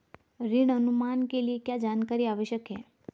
ऋण अनुमान के लिए क्या जानकारी आवश्यक है?